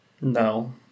no